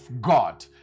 God